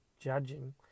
judging